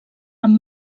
amb